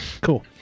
cool